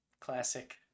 classic